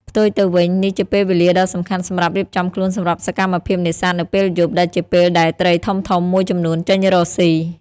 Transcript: ផ្ទុយទៅវិញ នេះជាពេលវេលាដ៏សំខាន់សម្រាប់រៀបចំខ្លួនសម្រាប់សកម្មភាពនេសាទនៅពេលយប់ ដែលជាពេលដែលត្រីធំៗមួយចំនួនចេញរកស៊ី។